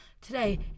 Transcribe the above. Today